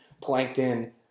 Plankton